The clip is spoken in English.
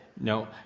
No